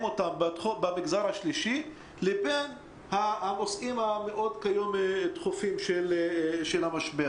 במגזר השלישי לבין הנושאים הדחופים של המשבר.